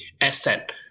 asset